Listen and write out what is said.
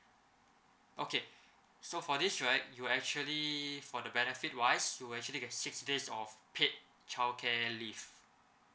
okay so for this right you actually for the benefit wise you'll actually get six days of paid childcare leave